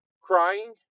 crying